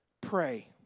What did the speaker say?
pray